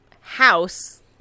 house